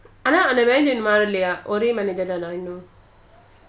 ஆனாஅந்த:ana andha manager இன்னும்மாறலயாஒரே:innum maralaya ore manager தானாஇன்னும்:thana innum